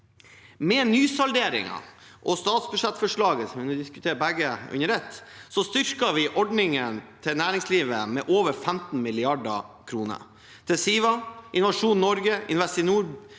Med nysalderingen og statsbudsjettforslaget, siden vi diskuterer begge under ett, styrker vi ordningene for næringslivet med over 15 mrd. kr – til Siva, Innovasjon Norge, Investinor,